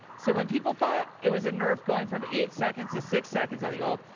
so when people thought it was a nerf going from eight seconds to six seconds on the ult,